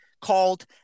called